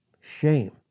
Shame